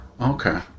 Okay